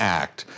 act